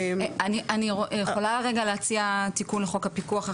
אפשר להציע תיקון לחוק הפיקוח?